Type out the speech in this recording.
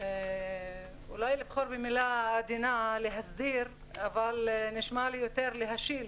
אולי יכול במילה עדינה להסביר אבל נשמע לי יותר להשיל